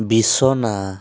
বিছনা